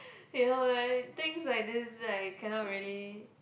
you know right things like this like I cannot really